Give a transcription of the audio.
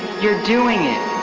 you're doing it.